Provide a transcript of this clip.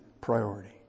priority